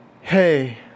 Hey